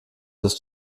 ist